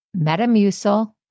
Metamucil